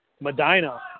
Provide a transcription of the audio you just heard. Medina